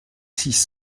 six